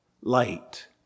light